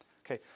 Okay